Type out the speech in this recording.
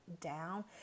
down